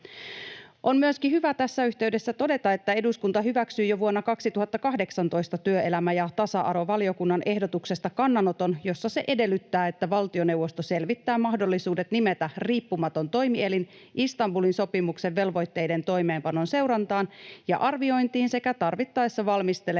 On myöskin hyvä tässä yhteydessä todeta, että eduskunta hyväksyi jo vuonna 2018 työelämä- ja tasa-arvovaliokunnan ehdotuksesta kannanoton, jossa se edellyttää, että valtioneuvosto selvittää mahdollisuudet nimetä riippumaton toimielin Istanbulin sopimuksen velvoitteiden toimeenpanon seurantaan ja arviointiin sekä tarvittaessa valmistelee